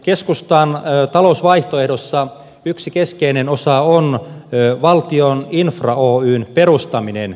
keskustan talousvaihtoehdossa yksi keskeinen osa on valtion infra oyn perustaminen